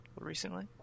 recently